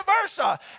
versa